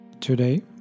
today